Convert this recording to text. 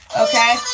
Okay